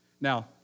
Now